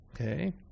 Okay